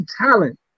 talent